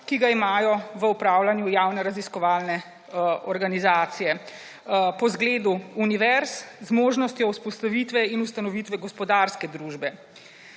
ki ga imajo v upravljanju javne raziskovalne organizacije, po zgledu univerz z možnostjo vzpostavitve in ustanovitve gospodarske družbe.